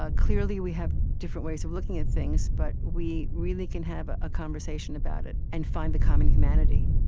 ah clearly, we have different ways of looking at things, but we really can have a conversation about it and find the common humanity.